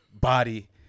body